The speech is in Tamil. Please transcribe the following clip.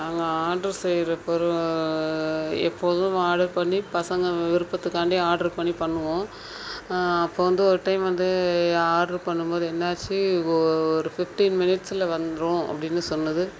நாங்கள் ஆர்டர் செய்கிற பொருள் எப்போழுதும் ஆர்டர் பண்ணி பசங்க விருப்பத்துக்கான்டி ஆர்டர் பண்ணி பண்ணுவோம் அப்போ வந்து ஒரு டைம் வந்து ஆர்டர் பண்ணும் போது என்னாச்சி ஓ ஒரு ஃபிஃப்டின் மினிட்ஸில் வந்துடும் அப்படின்னு சொன்னது